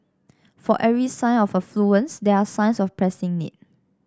for every sign of affluence there are signs of pressing need